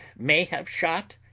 may have shot,